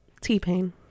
T-Pain